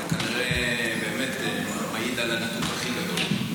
זה כנראה באמת מעיד על הניתוק הכי גדול.